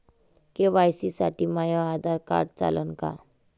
KYC साठी माह्य Aadhaar card चालन का?